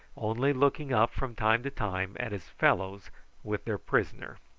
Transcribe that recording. only looking up from time to time at his fellows with their prisoner.